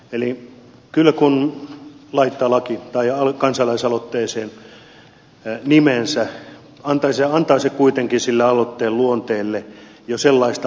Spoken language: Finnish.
eli kyllä kun laittaa laki tai kansalaisaloitteeseen nimensä antaa se kuitenkin sille aloitteen luonteelle jo sellaista vakautta